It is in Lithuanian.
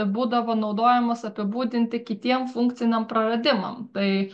būdavo naudojamas apibūdinti kitiem funkciniam praradimam tai